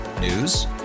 News